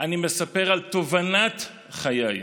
אני מספר על תובנת חיי: